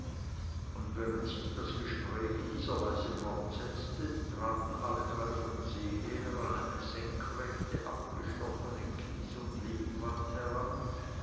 und während sich das gespräch in dieser weise fortsetzte traten alle drei vom see her an eine senkrechte abgestochene kies und lehmwand heran